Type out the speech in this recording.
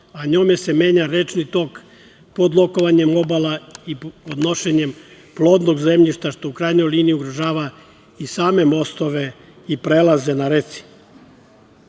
a njome se menja rečni tok podlokavanjem obala i odnošenjem plodnog zemljišta, što u krajnjoj liniji ugrožava i same mostove i prelaze na reci.